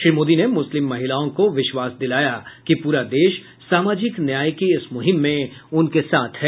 श्री मोदी ने मुस्लिम महिलाओं को विश्वास दिलाया कि पूरा देश सामाजिक न्याय की इस मुहिम में उनके साथ है